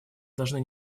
должны